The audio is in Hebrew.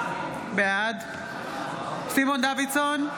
בעד סימון דוידסון,